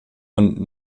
und